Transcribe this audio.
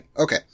Okay